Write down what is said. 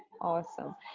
awesome